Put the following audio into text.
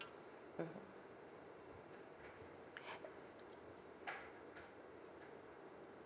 mm